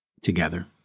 together